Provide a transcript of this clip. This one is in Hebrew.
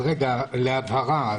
להבהרה.